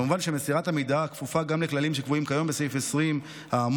כמובן שמסירת המידע כפופה גם לכללים שקבועים כיום בסעיף 20 האמור,